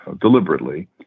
deliberately